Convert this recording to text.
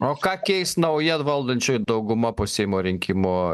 o ką keis nauja valdančioji dauguma po seimo rinkimų